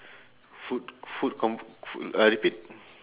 food food con~ food uh repeat